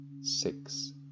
six